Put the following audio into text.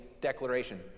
declaration